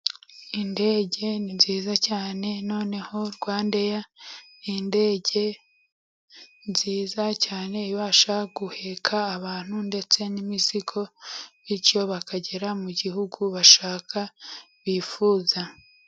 Indege ni nziza cyane, noneho Rwandeya ni indege nziza cyane ibasha guheka abantu, ndetse n'imizigo, bityo bakagera mu gihugu bashaka bifuza.